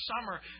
summer